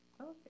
Okay